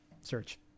search